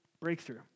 Breakthrough